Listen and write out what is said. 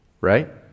right